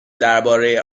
درباره